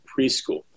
preschool